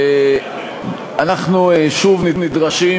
אנחנו שוב נדרשים,